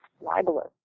libelous